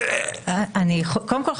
קודם כול,